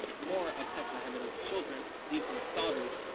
more of tekle haimanot's children, these ones daughters,